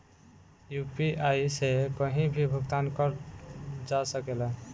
UPI से कहीं भी भुगतान कर जा सकेला?